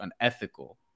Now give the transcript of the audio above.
unethical